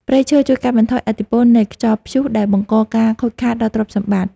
ព្រៃឈើជួយកាត់បន្ថយឥទ្ធិពលនៃខ្យល់ព្យុះដែលបង្កការខូចខាតដល់ទ្រព្យសម្បត្តិ។